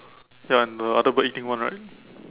ya and the other bird eating one right